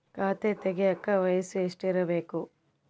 ಖಾತೆ ತೆಗೆಯಕ ವಯಸ್ಸು ಎಷ್ಟಿರಬೇಕು?